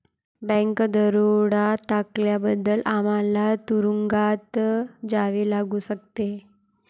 bank दरोडा टाकल्याबद्दल आम्हाला तुरूंगात जावे लागू शकते